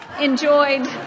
enjoyed